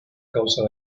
causa